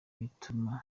bituma